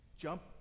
jump